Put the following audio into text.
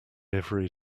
every